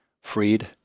Freed